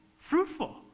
fruitful